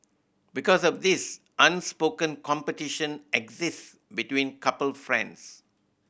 because of this unspoken competition exist between couple friends